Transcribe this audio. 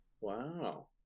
wow